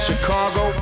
Chicago